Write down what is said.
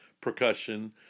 percussion